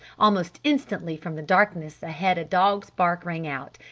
almost instantly from the darkness ahead a dog's bark rang out,